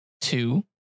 two